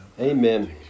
Amen